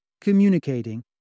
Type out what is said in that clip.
communicating